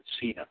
Cena